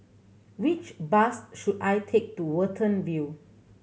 which bus should I take to Watten View